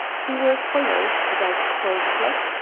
who were followed, about twelve o'clock,